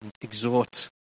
Exhort